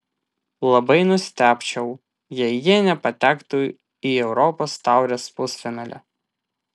labai nustebčiau jei jie nepatektų į europos taurės pusfinalį